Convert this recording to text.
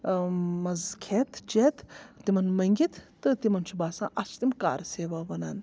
منٛزٕ کھٮ۪تھ چٮ۪تھ تِمَن مٔنٛگِتھ تہٕ تِمَن چھُ باسان اَتھ چھِ تِم کار سیوا وَنان